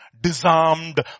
disarmed